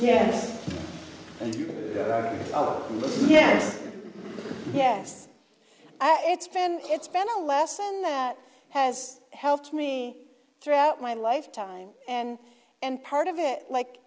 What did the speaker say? yes yes yes yes it's been it's been a lesson that has helped me throughout my lifetime and and part of it like